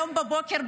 היום בבוקר,